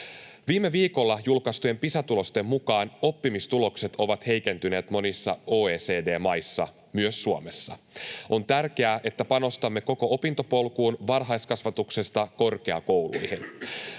tillväxt och sysselsättning. Pisa-tulosten mukaan oppimistulokset ovat heikentyneet monissa OECD-maissa, myös Suomessa. On tärkeää, että panostamme koko opintopolkuun varhaiskasvatuksesta korkeakouluihin.